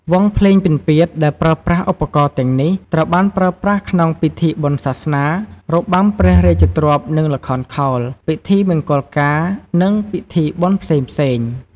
វង់ភ្លេងពិណពាទ្យដែលប្រើប្រាស់ឧបករណ៍ទាំងនេះ ត្រូវបានប្រើប្រាស់ក្នុងពិធីបុណ្យសាសនា របាំព្រះរាជទ្រព្យនិងល្ខោនខោល ពិធីមង្គលការ និងពិធីបុណ្យផ្សេងៗ។